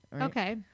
Okay